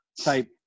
type